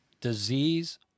disease